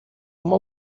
uma